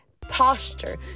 posture